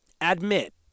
admit